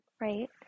right